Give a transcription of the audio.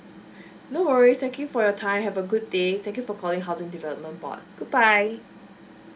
no worries thank you for your time have a good day thank you for calling housing development board goodbye